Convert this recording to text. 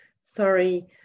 sorry